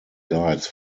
guides